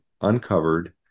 uncovered